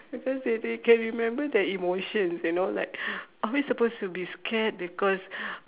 because they they can remember the emotions you know like are we supposed to be scared because